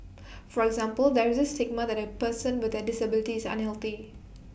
for example there's this stigma that A person with A disability is unhealthy